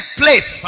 place